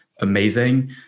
amazing